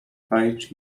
page